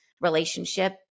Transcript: relationship